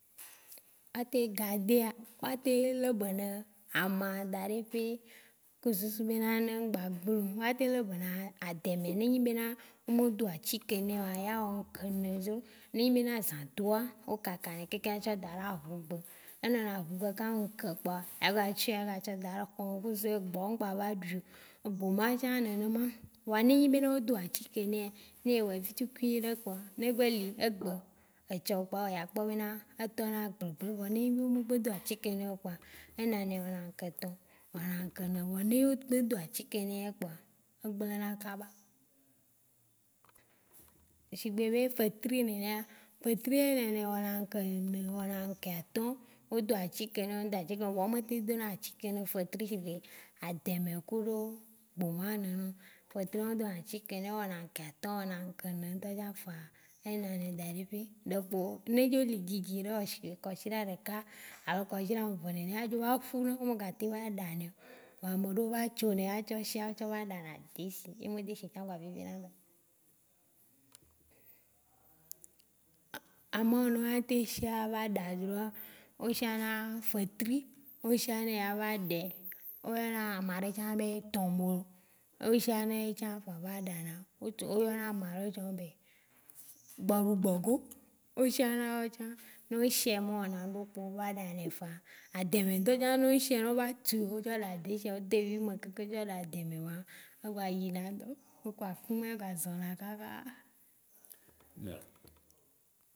A te garder wo wa te lebena ama daɖe ƒe ku susu be na ŋgba gbleo. A te le bena adɛmɛ ne enyi be na o me do atsike nɛoa ya wɔ ŋke nɛ dzo. Ne enyi be na zã doa, o kaka nɛ tsɔ daɖe aʋugbe. Enɔna ʋume kaka ŋke kpɔa a gba tsɔɛ a gba tsɔ daɖe hɔme ku susu be egbɔ̃ ŋgba va ɖuio. Egboma tsã nene ma. Vɔa ne enyi be o do atsike nɛa ne ewɔɛ vi tsukui ɖe kpɔa ne egbe lo li egbe, etsɔ kpɔa eya kpɔ be na etɔ na gble gblebe. Ne enyi b o gbe do atsike nɛ kpɔa ena nɛ wɔ na gedɔ̃. Wɔ na ge ne w- ne n ye- ne wo do atsike nɛ kpɔa egble na kaba. Shigbe be fetri nenea fetri ye nene wɔna na ge ne wɔna gɛ ya o do atsike nɛ ŋdo atsike kpɔa o me ten do na atsike nɛ fetri xexe, adɛmɛ kuɖo gboma nene. Fetri wa do atsike nɛ wɔna ŋke atɔ̃, ewɔ ŋke ne ŋtɔ tsã faa, enɔnɛ daɖe ƒi. Ɖe kpo, ne edzo li kiki ɖe ewɔ shigbe kɔshiɖa ɖeka alo kɔshiɖa ame ve nenea edzo va ƒu na, ma ga ten ɖanɛo. Vɔa ameɖeo tso nɛ a tsɔ shiã a tsɔ va ɖana deshi. Ema deshi ŋgba viviena nam. A- amao ne oya ten shia va dzroa, o shiã na fetri, o shiã nɛ ya va ɖɛ. O yɔna amaɖe tsã be tɔmolo, o shiã nɛ etsã kpɔa a va ɖanɛ. O yɔna amaɖe tsã be gbɔɖugbɔku. O shiã na wa tsã. No o shiɛa me wɔna ŋɖe kpeo o va ɖanɛ fa. Adɛmɛ ŋtɔ tsã no shiã no va tu ƒu tsɔ wɔna deshia o do vi me keke tsɔ ɖa adɛmɛ ma, egba yina ku akumɛ ga zɔ̃ na kaba